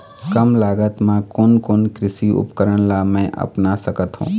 कम लागत मा कोन कोन कृषि उपकरण ला मैं अपना सकथो?